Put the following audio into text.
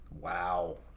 Wow